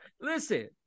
Listen